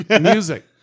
music